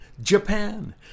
Japan